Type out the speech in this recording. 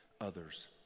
others